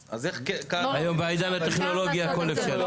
אז איך --- היום בעידן הטכנולוגי הכל אפשרי.